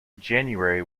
january